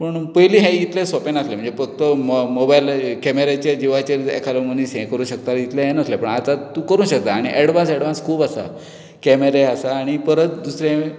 पूण पयलीं हें इतलें सोंपें नासलें म्हणजे फक्त मो मोबायल कॅमेराचेर जिवाचेर जर एखादो मनीस हें करूं शकता इतलें हें नासलें पूण आतां तूं करूंक शकता आनी एडवान्स एडवान्स खूब आसा कॅमेरे आसा आनी परत दुसरें